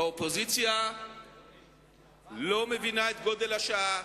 האופוזיציה לא מבינה את גודל השעה,